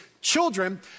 children